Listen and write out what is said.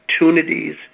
opportunities